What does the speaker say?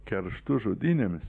kerštu žudynėmis